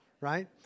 right